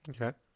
Okay